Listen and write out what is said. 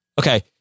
Okay